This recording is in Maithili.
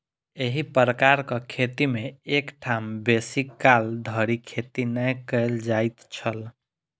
एही प्रकारक खेती मे एक ठाम बेसी काल धरि खेती नै कयल जाइत छल